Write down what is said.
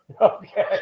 Okay